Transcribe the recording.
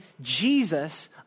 Jesus